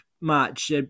match